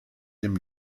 dem